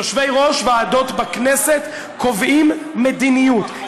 יושבי-ראש ועדות בכנסת קובעים מדיניות.